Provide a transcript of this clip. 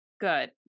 good